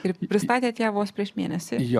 ir pristatėt ją vos prieš mėnesį